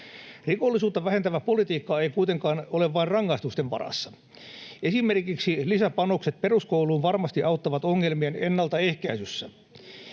Rikollisuutta vähentävä politiikka ei kuitenkaan ole vain rangaistusten varassa. Esimerkiksi lisäpanokset peruskouluun varmasti auttavat ongelmien ennaltaehkäisyssä.